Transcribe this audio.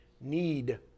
need